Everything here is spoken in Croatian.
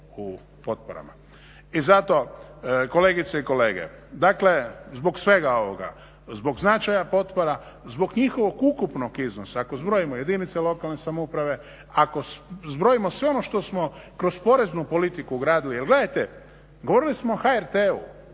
I zato, kolegice i kolege, dakle zbog svega ovoga, zbog značaja potpora, zbog njihovog ukupnog iznosa, ako zbrojimo jedinice lokalne samouprave, ako zbrojimo sve ono što smo kroz poreznu politiku gradili jer gledajte, govorili smo o HRT-u,